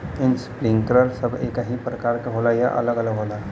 Sprinkler सब एकही प्रकार के होला या अलग अलग होला?